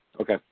Okay